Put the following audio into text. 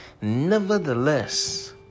Nevertheless